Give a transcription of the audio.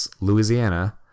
Louisiana